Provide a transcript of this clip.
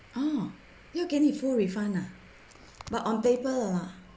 orh 要给你 full refund ah but on paper 了 lah